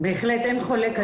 בהחלט אין חולק על זה.